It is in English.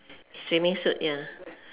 swimming suit ya